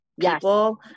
people